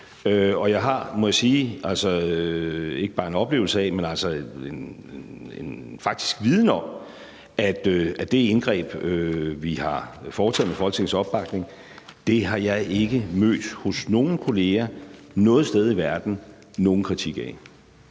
Og jeg har, må jeg sige, ikke bare en oplevelse af, men faktisk en viden om, at det indgreb, vi har foretaget med Folketingets opbakning, har jeg ikke hos nogen kolleger noget sted i verden mødt nogen kritik af.